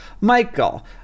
Michael